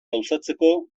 gauzatzeko